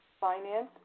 finance